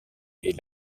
est